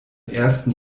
ersten